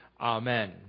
Amen